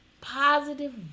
Positive